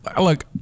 Look